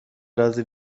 رازی